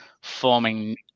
forming